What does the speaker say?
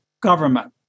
government